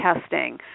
testing